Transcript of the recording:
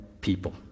people